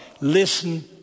Listen